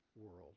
world